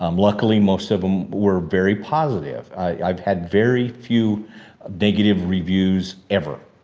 um luckily most of them were very positive. i've had very few negative reviews ever.